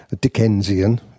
Dickensian